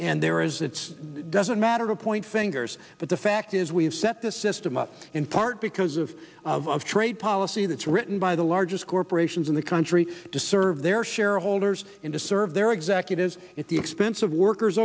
and there is it's doesn't matter to point fingers but the fact is we have set the system up in part because of trade policy that's written by the largest corporations in the country to serve their shareholders in to serve their executives at the expense of workers